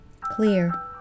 clear